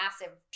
massive